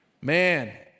Man